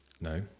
no